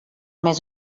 més